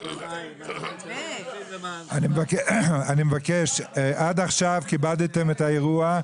אני מבקש, עד עכשיו כיבדתם את האירוע.